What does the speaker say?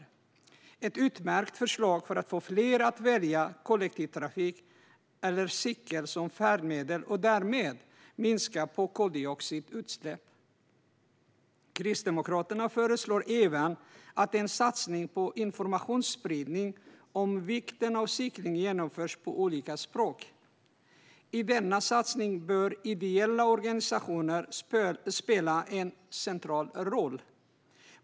Det är ett utmärkt förslag för att få fler att välja kollektivtrafik eller cykel som färdmedel. Därmed minskar koldioxidutsläppen. Kristdemokraterna föreslår även att en satsning på informationsspridning om vikten av att cykla genomförs på olika språk. I denna satsning bör ideella organisationer spela en central roll.